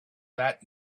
that